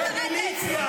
רד מייד.